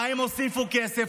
למה הם הוסיפו כסף,